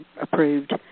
approved